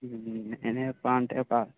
నేనే చెప్పాలి అంటే ఒక